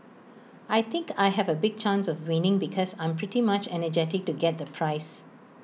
I think I have A big chance of winning because I'm pretty much energetic to get the prize